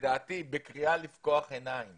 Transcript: בקריאה לפקוח עיניים